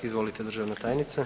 Izvolite državna tajnice.